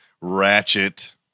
Ratchet